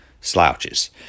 slouches